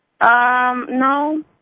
No